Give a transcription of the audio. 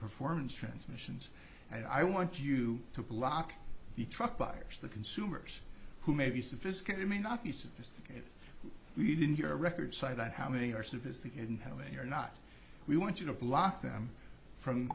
performance transmissions and i want you to block the truck buyers the consumers who may be sophisticated may not be sophisticated we didn't get a record site on how many are sophisticated and how many are not we want you to block them from